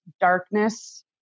darkness